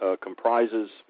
comprises